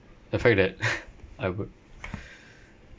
the fact that I would